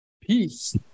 peace